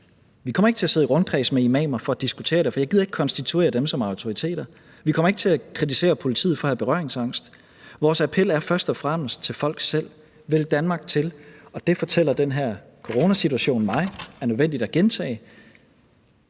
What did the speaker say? Vi kommer ikke til at sidde i rundkreds med imamer for at diskutere det, for jeg gider ikke konstituere dem som autoriteter. Vi kommer ikke til at kritisere politiet for at have berøringsangst. Vores appel er først og fremmest til folk selv: Vælg Danmark til. Og det fortæller den her coronasituation mig er nødvendigt at gentage,